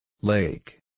Lake